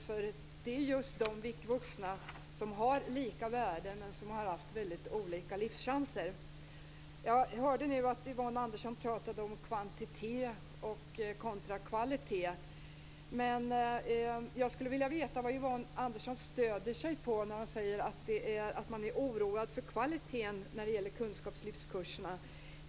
Det är just de vuxna som har lika värde men som har haft olika livschanser. Yvonne Andersson talade om kvantitet kontra kvalitet. Jag skulle vilja veta vad Yvonne Andersson stödjer sig på när hon säger att hon är oroad för kvaliteten i kunskapslyftskurserna.